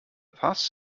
paz